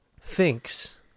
thinks